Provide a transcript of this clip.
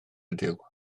ydyw